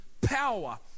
power